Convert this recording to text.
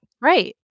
Right